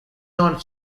non